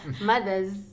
mothers